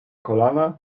kolana